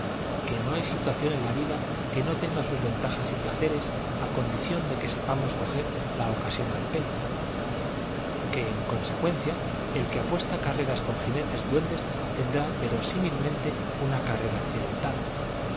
que no hay situación en la vida que no tenga sus ventajas y placeres a condición de que sepamos coger la ocasión al pelo que en consecuencia el que apuesta carreras con jinetes duendes tendrá verosímilmente una carrera accidentada